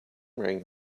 rang